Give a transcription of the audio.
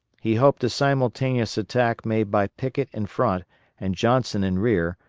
he hoped a simultaneous attack made by pickett in front and johnson in rear,